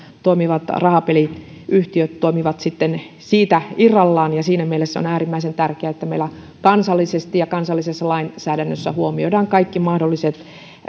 toimivat rahapeliyhtiöt toimivat siitä irrallaan siinä mielessä on äärimmäisen tärkeää että meillä kansallisesti ja kansallisessa lainsäädännössä huomioidaan kaikki mahdolliset